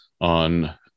on